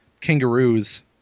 kangaroos